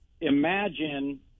imagine